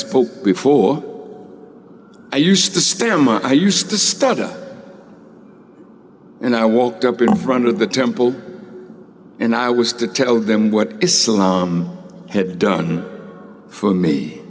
spoke before i used to stammer i used to study and i walked up in front of the temple and i was to tell them what islam had done for me